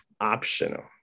optional